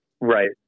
Right